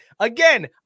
Again